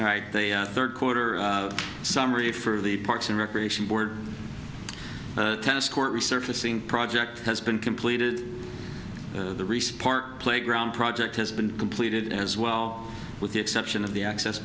all right the third quarter summary for the parks and recreation board tennis court resurfacing project has been completed the response playground project has been completed as well with the exception of the access